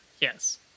Yes